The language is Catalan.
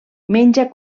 menja